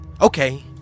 okay